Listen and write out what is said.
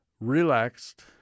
relaxed